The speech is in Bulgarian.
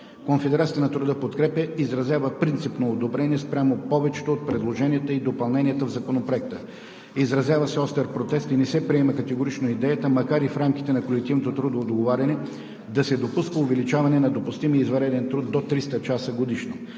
Конфедерацията на труда „Подкрепа“ изразява принципно одобрение спрямо повечето от предложенията и допълненията в Законопроекта. Изразява се остър протест и не се приема категорично идеята, макар и в рамките на колективното трудово договаряне, да се допуска увеличаване на допустимия извънреден труд до 300 часа годишно.